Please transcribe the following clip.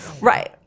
right